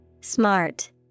smart